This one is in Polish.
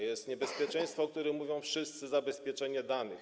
Jest niebezpieczeństwo, o którym mówią wszyscy: zabezpieczenie danych.